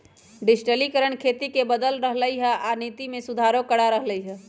डिजटिलिकरण खेती के बदल रहलई ह आ नीति में सुधारो करा रह लई ह